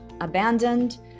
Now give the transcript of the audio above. abandoned